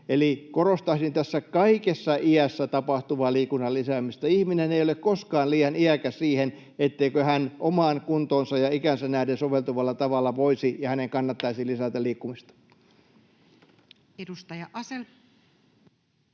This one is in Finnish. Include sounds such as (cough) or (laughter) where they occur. eli korostaisin kaikessa iässä tapahtuvaa liikunnan lisäämistä. Ihminen ei ole koskaan liian iäkäs siihen, etteikö hän omaan kuntoonsa ja ikäänsä nähden soveltuvalla tavalla voisi (noise) ja hänen kannattaisi lisätä liikkumista. [Speech